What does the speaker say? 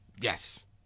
Yes